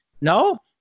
No